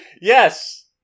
Yes